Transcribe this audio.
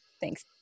thanks